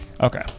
Okay